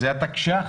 זה התקש"ח.